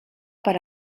per